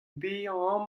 bezañ